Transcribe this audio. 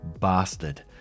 bastard